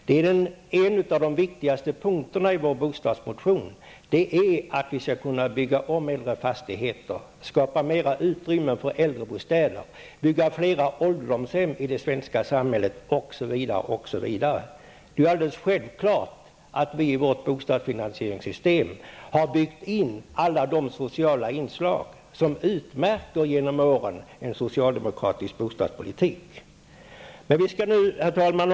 Några av de viktigaste punkterna i vår bostadsmotion är att vi skall kunna bygga om äldre fastigheter, skapa mer utrymme för äldrebostäder, bygga fler ålderdomshem i det svenska samhället, osv., osv. Det är alldeles självklart att vi i vårt bostadsfinansieringssystem har byggt in alla de sociala inslag som genom åren har utmärkt den socialdemokratiska bostadspolitiken. Herr talman!